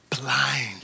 blind